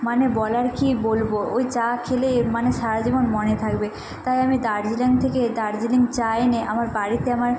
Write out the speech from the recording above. মানে বলার কি বলবো ওই চা খেলে মানে সারাজীবন মনে থাকবে তাই আমি দার্জিলিং থেকে দার্জিলিং চা এনে আমার বাড়িতে আমার